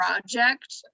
project